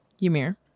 Ymir